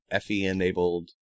FE-enabled